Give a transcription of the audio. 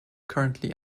currently